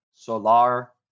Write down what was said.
Solar